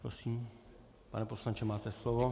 Prosím, pane poslanče, máte slovo.